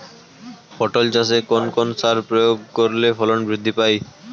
পটল চাষে কোন কোন সার প্রয়োগ করলে ফলন বৃদ্ধি পায়?